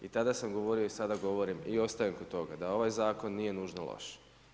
I tada sam govorio i sada govorim i ostajem kod toga da ovaj zakon nije nužno loš.